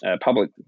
public